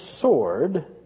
sword